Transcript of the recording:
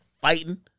fighting